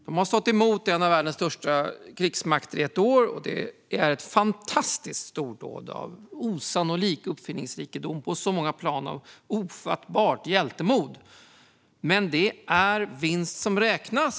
De har stått emot en av världens största krigsmakter i ett år. Det är ett fantastiskt stordåd. Det är en osannolik uppfinningsrikedom på många plan, och det är ett ofattbart hjältemod. Men det är såklart vinst som räknas.